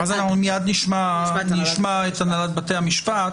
מייד נשמע את הנהלת בתי המשפט.